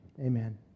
Amen